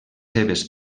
seves